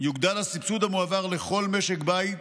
יוגדל הסבסוד המועבר לכל משק בית